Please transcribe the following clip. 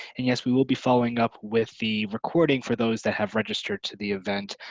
and yes, we will be following up with the recording for those that have registered to the event.